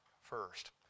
first